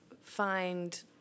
find